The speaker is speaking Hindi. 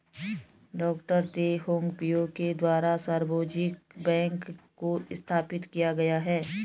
डॉ तेह होंग पिओ के द्वारा सार्वजनिक बैंक को स्थापित किया गया है